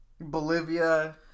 Bolivia